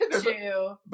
two